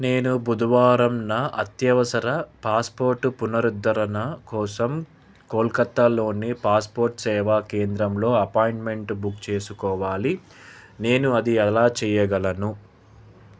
నేను బుధవారంన అత్యవసర పాస్పోర్ట్ పునరుద్ధరణ కోసం కోల్కత్తా లోని పాస్పోర్ట్ సేవా కేంద్రంలో అపాయింట్మెంట్ బుక్ చేసుకోవాలి నేను అది ఎలా చెయ్యగలను